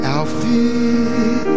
Alfie